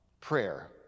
Prayer